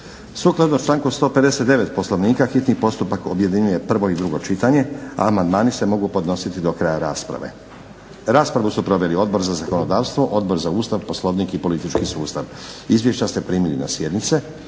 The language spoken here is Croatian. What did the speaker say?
Sukladno članku 159. Poslovnika hitni postupak objedinjuje prvo i drugo čitanje, a amandmani se mogu podnositi do kraja rasprave. Raspravu su proveli Odbor za zakonodavstvo, Odbor za Ustav, Poslovnik i politički sustav. Izvješća ste primili na sjednici.